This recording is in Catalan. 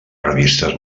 revistes